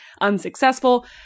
unsuccessful